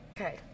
Okay